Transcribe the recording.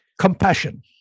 Compassion